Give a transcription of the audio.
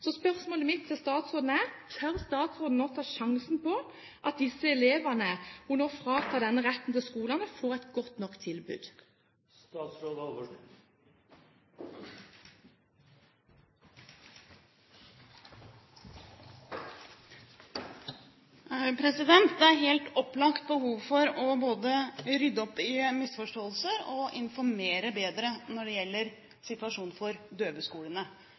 Så spørsmålet mitt til statsråden er: Tør statsråden ta sjansen på at disse elevene hun nå fratar denne retten til skolene, får et godt nok tilbud? Det er helt opplagt behov for både å rydde opp i misforståelser og informere bedre når det gjelder situasjonen for døveskolene.